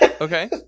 Okay